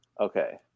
Okay